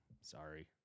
sorry